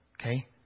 Okay